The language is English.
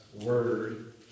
word